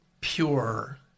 pure